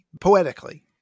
poetically